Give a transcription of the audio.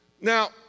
Now